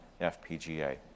FPGA